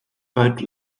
boat